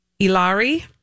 Ilari